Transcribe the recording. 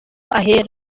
ahera